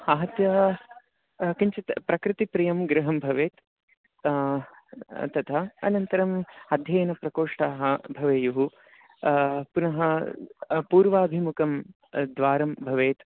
आहत्य किञ्चित् प्रकृतिप्रियं गृहं भवेत् तथा अनन्तरम् अध्ययनप्रकोष्ठाः भवेयुः पुनः पूर्वाभिमुखं द्वारं भवेत्